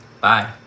bye